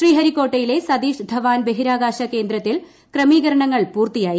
ശ്രീഹരിക്കോട്ടയിലെ സതീഷ് ധവാൻ ബഹിരാകാശ കേന്ദ്രത്തിൽ ക്രമീകരണങ്ങൾ പൂർത്തിയായി